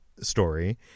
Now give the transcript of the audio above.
story